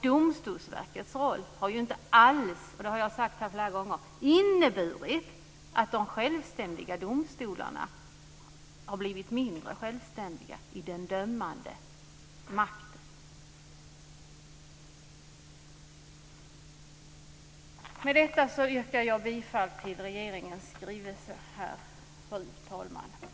Domstolsverkets roll har inte alls, det har jag sagt flera gånger, inneburit att de självständiga domstolarna har blivit mindre självständiga i den dömande makten. Fru talman! Med detta yrkar jag bifall till utskottets förslag att lägga regeringens skrivelse till handlingarna.